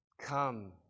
Come